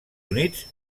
units